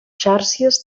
xàrcies